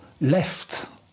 left